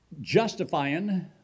justifying